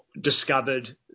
discovered